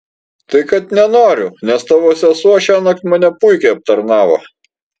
tai kad nenoriu nes tavo sesuo šiąnakt mane puikiai aptarnavo